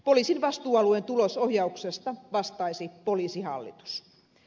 poliisin vastuualueen tulosohjauksesta vastaisi poliisihallitus